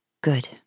Good